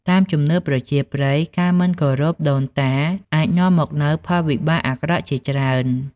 តាមជំនឿប្រជាប្រិយ ការមិនគោរពដូនតាអាចនាំមកនូវផលវិបាកអាក្រក់ជាច្រើន។